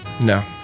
no